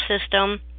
system